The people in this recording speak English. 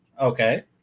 Okay